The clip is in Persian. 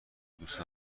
دوست